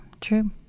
true